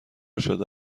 شده